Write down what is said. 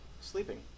sleeping